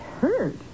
Hurt